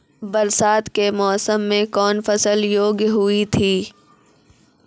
बरसात के मौसम मे कौन फसल योग्य हुई थी?